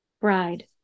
Bride